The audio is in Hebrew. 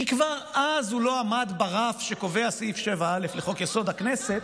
כי כבר אז הוא לא עמד ברף שקובע סעיף 7א לחוק-יסוד: הכנסת,